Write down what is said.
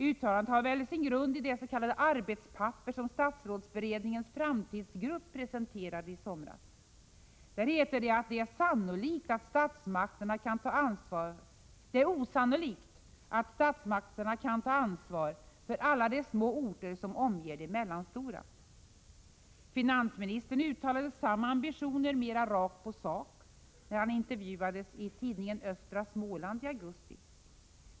Uttalandet har väl sin grund i det s.k. arbetspapper som statsrådsberedningens framtidsgrupp presenterade i somras. Där heter det att ”det är osannolikt att statsmakterna kan ta ansvar för alla de små orter som omger de mellanstora”. Finansministern uttalade samma ambitioner mera rakt på sak när han intervjuades i tidningen Östra Småland i augusti.